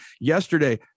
yesterday